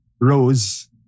Rose